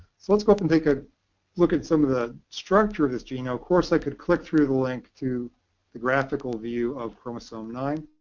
so let's go up and take a look at some of the structures of this gene. of course i could click through the link to graphical view of chromosome nine.